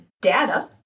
data